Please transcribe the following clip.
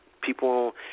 people